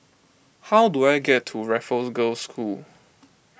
how do I get to Raffles Girls' School